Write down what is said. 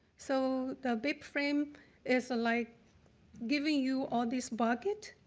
so the bibframe is like giving you all this bucket